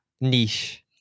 niche